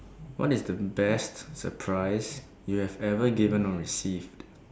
what is the best surprise you have ever given or received